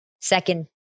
Second